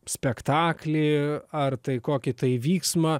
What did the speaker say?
spektaklį ar tai kokį tai vyksmą